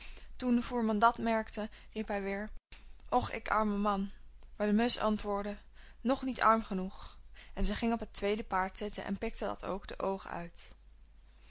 toen de voerman dat merkte riep hij weer och ik arme man maar de musch antwoordde nog niet arm genoeg en zij ging op het tweede paard zitten en pikte dat ook de oogen uit